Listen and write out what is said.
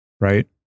right